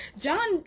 John